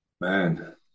Man